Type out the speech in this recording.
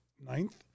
Ninth